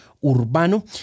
Urbano